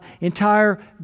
entire